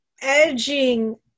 edging